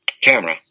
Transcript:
camera